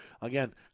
again